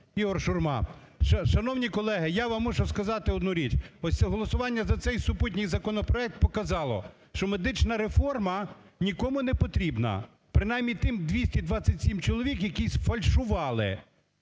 Ігор Шурма. Шановні колеги, я вам мушу сказати одну річ. Ось голосування за цей супутній законопроект показало, що медична реформа нікому не потрібна, принаймні тим 227 чоловік, які сфальшували